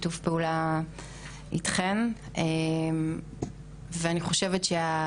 אני אוסיף עוד כמה דברים על הדברים שאמרה חברתי עו"ד אפרת פודם,